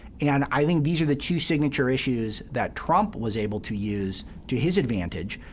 and i think these are the two signature issues that trump was able to use to his advantage,